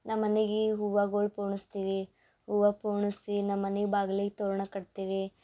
ನಮ್ಮ ಮನಿಗೆ ಹೂವಗಳು ಪೋಣಿಸ್ತೀವಿ ಹೂವ ಪೋಣೆಸಿ ನಮ್ಮ ಮನಿಗೆ ಬಾಗ್ಲಿಗೆ ತೋರಣ ಕಟ್ತೀವಿ